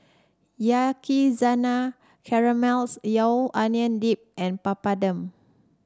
Yakizakana Onion Dip and Papadum